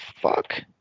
fuck